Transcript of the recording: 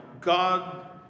God